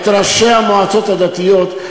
את ראשי המועצות הדתיות,